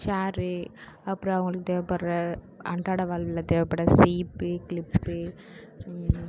சேரு அப்புறம் அவர்களுக்கு தேவைபடுற அன்றாட வாழ்வில் தேவைபடுற சீப்பு கிளிப்பு